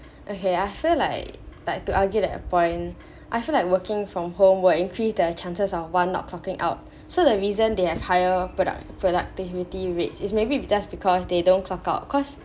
okay I feel like like to argue that point I feel like working from home will increase the chances of one are clocking out so the reason they have higher product productivity rates is maybe it just because they don't clock out cause